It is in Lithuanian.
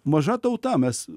maža tauta mes